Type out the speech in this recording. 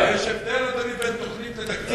יש הבדל, אדוני, בין תוכנית לתקציב.